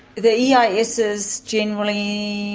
the yeah eis's generally